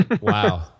Wow